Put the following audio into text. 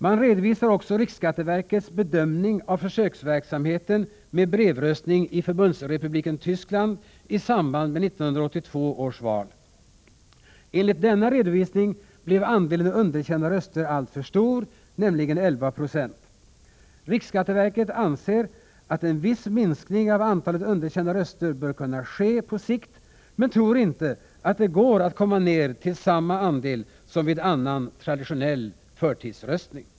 Man redovisar också riksskatteverkets bedömning av försöksverksamheten med brevröstning i Förbundsrepubliken Tyskland i samband med 1982 års val. Enligt denna redovisning blev andelen underkända röster alltför stor, nämligen 11 26. Riksskatteverket anser att en viss minskning av antalet underkända röster bör kunna ske på sikt men tror inte att det går att komma ner till samma andel som vid annan, traditionell förtidsröstning.